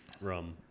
rum